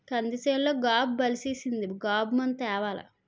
కంది సేనులో గాబు బలిసీసింది గాబు మందు తేవాల